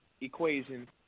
equation